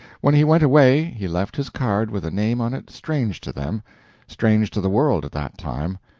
when he went away he left his card with a name on it strange to them strange to the world at that time.